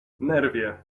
nerwie